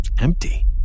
Empty